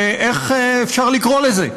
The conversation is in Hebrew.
ואיך אפשר לקרוא לזה,